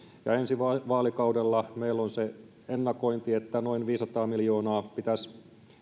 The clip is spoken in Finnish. ja ensi vaalikaudelle meillä on se ennakointi että noin viisisataa miljoonaa pitäisi